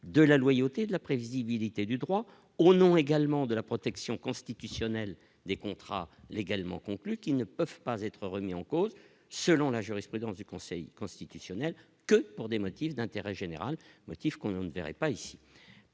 de la loyauté de la prévisibilité du droit au nom également de la protection constitutionnelle des contrats légalement conclus qui ne peuvent pas être remis en cause, selon la jurisprudence du Conseil constitutionnel que pour des motifs d'intérêt général, motif qu'on ne verrait pas ici